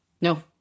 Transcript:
No